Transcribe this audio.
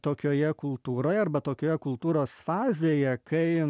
tokioje kultūroj arba tokioje kultūros fazėje kai